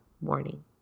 morning